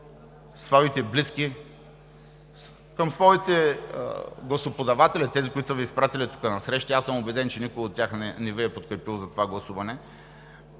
към своите близки, към своите гласоподаватели – тези, които са Ви изпратили тук, насреща, и аз съм убеден, че никой от тях не Ви е подкрепил за това гласуване.